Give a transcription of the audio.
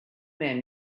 men